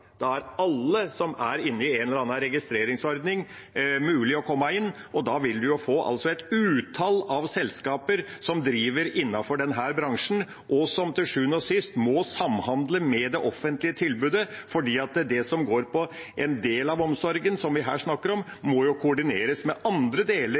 da er det mulig for alle som er inne i en eller annen registreringsordning, å komme inn. Da vil vi få et utall av selskaper som driver innenfor denne bransjen, og som til syvende og sist må samhandle med det offentlige tilbudet, fordi det som går på den delen av omsorgen som vi her snakker om, må koordineres med andre deler